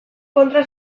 kontra